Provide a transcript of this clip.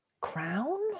Crown